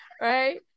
right